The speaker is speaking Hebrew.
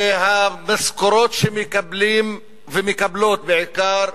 שהמשכורות שמקבלים, ומקבלות בעיקר,